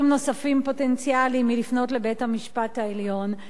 פוטנציאליים נוספים מלפנות לבית-המשפט העליון,